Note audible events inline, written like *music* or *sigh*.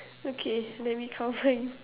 okay let me count mine *laughs*